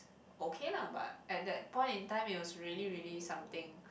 okay lah but at that point in time it was really really something